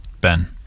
Ben